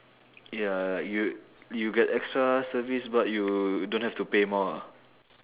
ya you you get extra service but you don't have to pay more ah